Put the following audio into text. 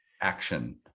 action